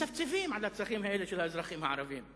מצפצפים על הצרכים האלה של האזרחים הערבים,